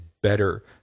Better